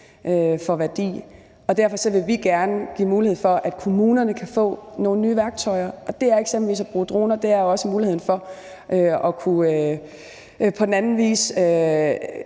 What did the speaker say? for værdier. Derfor vil vi gerne give en mulighed for, at kommunerne kan få nogle nye værktøjer, og det er eksempelvis at bruge droner, og det er på den anden vis